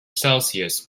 celsius